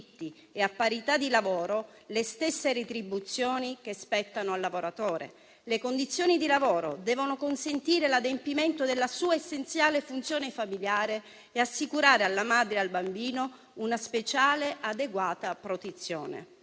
e, a parità di lavoro, le stesse retribuzioni che spettano al lavoratore. Le condizioni di lavoro devono consentire l'adempimento della sua essenziale funzione familiare e assicurare alla madre e al bambino una speciale, adeguata protezione».